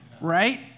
right